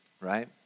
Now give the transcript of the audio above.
right